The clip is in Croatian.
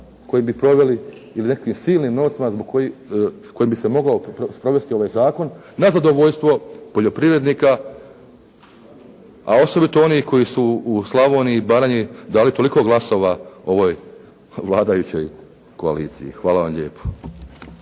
koju bi proveli ili nekakvim silnim novcima koji bi se mogao provesti ovaj zakon na zadovoljstvo poljoprivrednika, a osobito onih koji su u Slavoniji i Baranji dali toliko glasova ovoj vladajućoj koaliciji. Hvala vam lijepo.